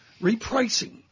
repricing